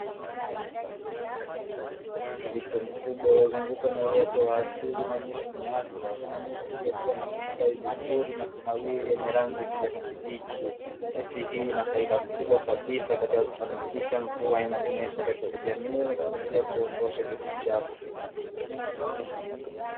Msitu mkubwa uliyozungukwa na uwoto wa asili, nyasi pamoja na miti iliyokuwa na kustawi vizuri na kunawiri yenye rangi ya kijani kibichi. Miti hii inafaida kubwa kabisa katika kufanikisha mvua inanyesha katika jamii pia kuondosha gesi chafu.